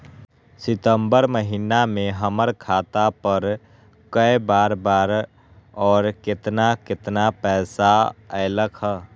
सितम्बर महीना में हमर खाता पर कय बार बार और केतना केतना पैसा अयलक ह?